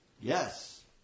yes